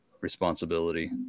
responsibility